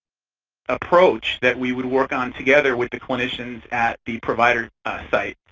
approach that we would work on together with the clinicians at the provider site.